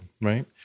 right